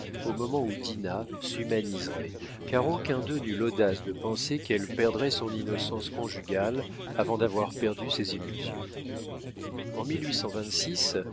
au moment où dinah s'humaniserait car aucun d'eux n'eut l'audace de penser qu'elle perdrait son innocence conjugale avant d'avoir perdu ses illusions en